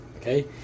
Okay